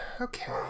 Okay